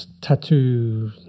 tattoo